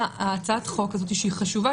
הצעת החוק הזאת היא חשובה